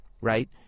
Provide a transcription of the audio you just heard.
right